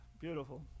beautiful